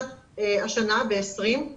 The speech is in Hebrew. השנה, שנת 2010,